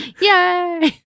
Yay